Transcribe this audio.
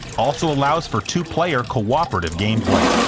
also allows for two player cooperative gameplay.